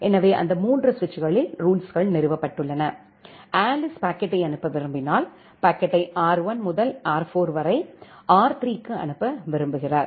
எனவே அந்த 3 சுவிட்சுகளில் ரூல்ஸுகள் நிறுவப்பட்டுள்ளன ஆலிஸ் பாக்கெட்டை அனுப்ப விரும்பினால் பாக்கெட்டை R1 முதல் R4 வரை R3 க்கு அனுப்ப விரும்புகிறார்